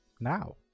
now